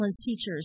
teachers